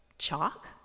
Chalk